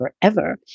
forever